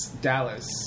Dallas